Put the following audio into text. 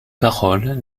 paroles